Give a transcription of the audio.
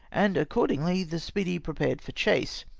and accordingly the speedy prepared for chase.